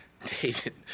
David